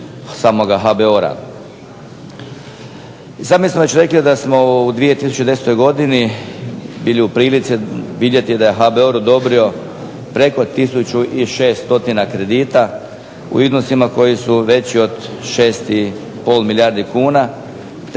sami smo već rekli da smo u 2010. godini bili u prilici vidjeti da je HBOR odobrio preko 1 600 kredita u iznosima koji su veći od 6,5 milijardi kuna